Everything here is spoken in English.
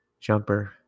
jumper